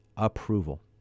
approval